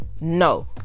no